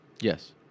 Yes